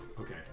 Okay